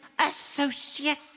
associate